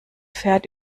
fährt